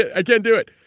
i can't do it.